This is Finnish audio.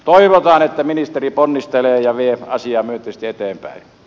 toivotaan että ministeri ponnistelee ja vie asiaa myönteisesti eteenpäin